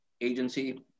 agency